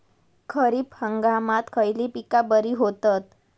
खरीप हंगामात खयली पीका बरी होतत?